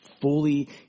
fully